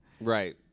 Right